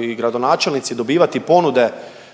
i gradonačelnici dobivati ponude